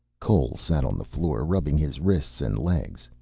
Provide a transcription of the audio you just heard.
cole sat on the floor, rubbing his wrists and legs,